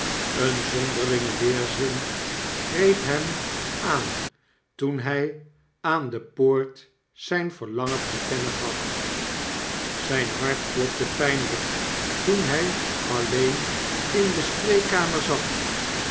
eenzonderlinge weerzin greep hem aan toen hy aan de poort zyn verlangen te kennen gaf zyn hart klopte pijnlp toen hij alleen in de spreekkamer zat